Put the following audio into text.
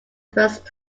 first